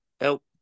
help